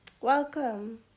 welcome